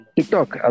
Tiktok